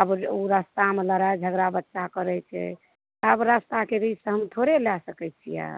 आब उ रस्तामे लड़ाइ झगड़ा बच्चा करै छै तब रस्ताके बीचसँ हम थोड़े लए सकै छियै